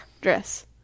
dress